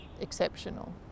exceptional